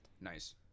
Nice